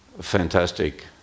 fantastic